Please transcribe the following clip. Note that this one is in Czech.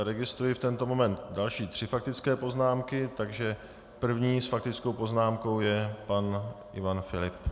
Registruji v tento moment další tři faktické poznámky, takže první s faktickou poznámkou je pan Ivan Filip.